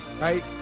right